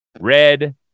Red